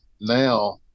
now